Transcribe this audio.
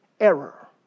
error